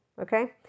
Okay